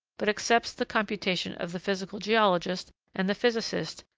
but accepts the computation of the physical geologist and the physicist,